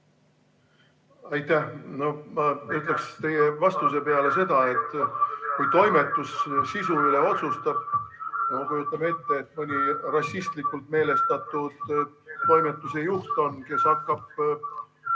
Aitäh! No ma ütleks teie vastuse peale seda: kui toimetus sisu üle otsustab, no kujutame ette, et on mõni rassistlikult meelestatud toimetuse juht, kes hakkab